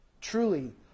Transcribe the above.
Truly